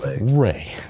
Ray